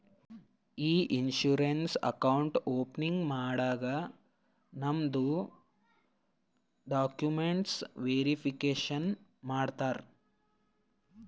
E insurance account opening ಮಾಡಾಗ್ ನಮ್ದು documents verification ಮಾಡ್ತಾರ